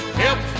help